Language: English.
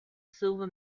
silver